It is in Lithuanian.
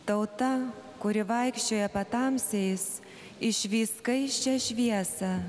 tauta kuri vaikščioja patamsiais išvys skaisčią šviesą